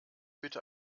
bitte